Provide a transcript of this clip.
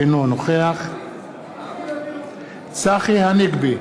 אינו נוכח צחי הנגבי,